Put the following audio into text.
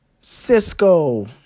Cisco